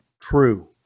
true